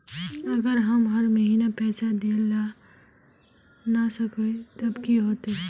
अगर हम हर महीना पैसा देल ला न सकवे तब की होते?